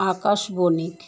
আকাশ বণিক